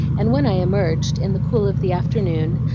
and when i emerged, in the cool of the afternoon,